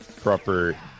proper